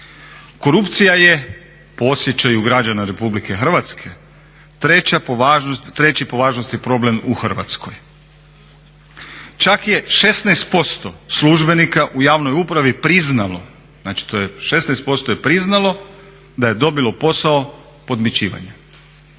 Korupcija je po osjećaju građana RH 3.po važnosti problem u Hrvatskoj. Čak je 16% službenika u javnoj upravi priznalo, znači 16% je priznalo da je dobilo posao podmićivanja.